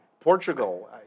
Portugal